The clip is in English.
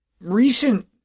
recent